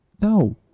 no